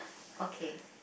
okay